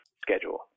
schedule